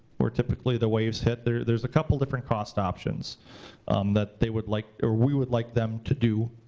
where typically the waves hit. there's there's a couple different cost options that they would like, or we would like them to do.